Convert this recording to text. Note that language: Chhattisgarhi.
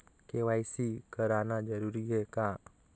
के.वाई.सी कराना जरूरी है का?